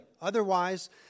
Otherwise